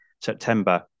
September